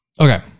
Okay